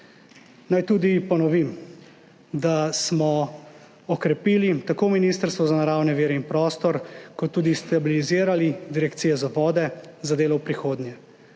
Naj tudi ponovim, da smo okrepili tako Ministrstvo za naravne vire in prostor kot tudi stabilizirali Direkcijo za vode za delo v prihodnje.